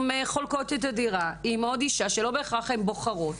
כשהן חולקות את הדירה עם עוד אישה שלא בהכרח הן בוחרות